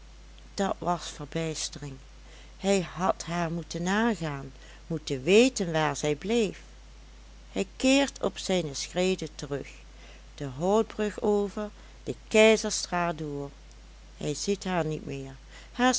dat was verbijstering hij had haar moeten nagaan moeten weten waar zij bleef hij keert op zijne schreden terug de houtbrug over de keizerstraat door hij ziet haar niet meer